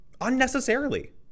unnecessarily